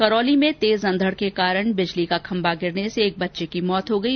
करौली में तेज अंधड के कारण बिजली का खंबा गिरने से एक बच्चे की मौत हो गयी